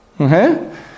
Okay